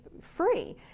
free